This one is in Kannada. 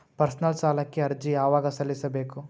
ಪರ್ಸನಲ್ ಸಾಲಕ್ಕೆ ಅರ್ಜಿ ಯವಾಗ ಸಲ್ಲಿಸಬೇಕು?